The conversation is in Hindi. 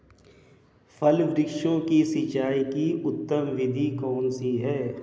फल वृक्षों की सिंचाई की उत्तम विधि कौन सी है?